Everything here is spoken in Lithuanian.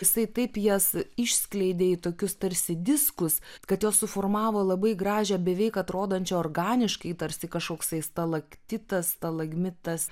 jisai taip jas išskleidė į tokius tarsi diskus kad jos suformavo labai gražią beveik atrodančią organiškai tarsi kažkoksai stalaktitas stalagmitas